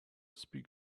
speak